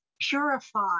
purify